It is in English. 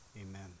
amen